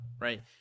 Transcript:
right